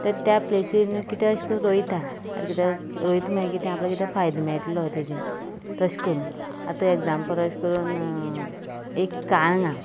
ते त्या प्लेसीर कितेंय अशें करून रोयता आतां कितें रोयता म्हूण कितें आपल्याक कितें फायदो मेळटलो ताजेर तशें करून आतां एक्जांपल अशें करून एक काळगां